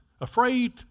Afraid